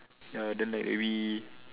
ya then like maybe